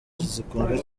zakunzwe